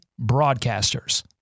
broadcasters